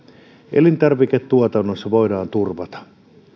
elintarviketuotannossa voidaan turvata